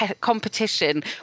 competition